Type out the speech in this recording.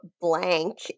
blank